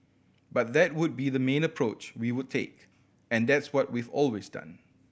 but that would be the main approach we would take and that's what we've always done